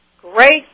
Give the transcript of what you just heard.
Great